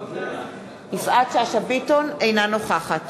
אינה נוכחת